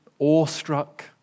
awestruck